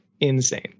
Insane